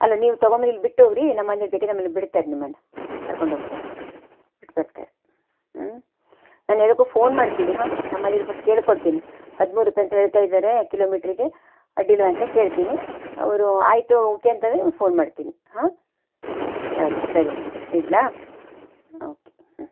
ಅಲ್ಲ ನೀವು ತೊಗೊಂಡ್ಬಂದು ಇಲ್ಲಿ ಬಿಟ್ಟೋಗಿರಿ ನಮ್ಮನೆವ್ರು ಬೇಕಿದ್ರೆ ಆಮೇಲೆ ಬಿಡ್ತಾರೆ ನಿಮ್ಮನ್ನು ಕರ್ಕೊಂಡು ಹೋಗ್ತಾರೆ ಬಿಟ್ಟು ಬರ್ತಾರೆ ಊಂ ನಾನು ಯಾವುದಕ್ಕೂ ಫೋನ್ ಮಾಡ್ತೀನಿ ಹಾಂ ನಮ್ಮ ಮನೆವ್ರಿಗೆ ಫಸ್ಟ್ ಕೇಳಿಕೊಳ್ತೀನಿ ಹದಿಮೂರು ರೂಪಾಯಿ ಅಂತ ಹೇಳ್ತಾ ಇದ್ದಾರೆ ಕಿಲೋಮೀಟ್ರಿಗೆ ಅಡ್ಡಿಯಿಲ್ವಾ ಅಂತ ಕೇಳ್ತೀನಿ ಅವರು ಆಯಿತು ಓಕೆ ಅಂತಂದ್ರೆ ನಿಮ್ಗೆ ಫೋನ್ ಮಾಡ್ತೀನಿ ಹಾಂ ಸರಿ ಸರಿ ಹಾಗಿದ್ದರೆ ಇಡಲಾ ಓಕೆ ಹ್ಞೂ